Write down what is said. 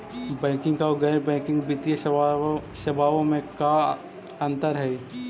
Banking और गैर banking वित्तीय सेवाओं में का अंतर हइ?